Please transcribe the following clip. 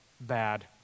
bad